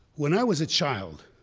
when i was a child,